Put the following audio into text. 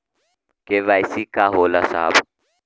KYC का होला साहब?